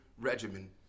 regimen